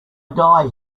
die